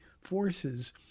forces